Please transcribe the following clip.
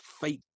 fake